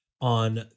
on